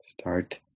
Start